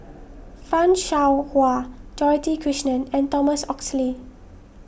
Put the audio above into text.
Fan Shao Hua Dorothy Krishnan and Thomas Oxley